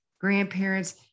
grandparents